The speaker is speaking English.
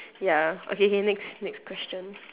ya okay K next next question